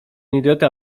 idiota